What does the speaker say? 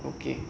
okay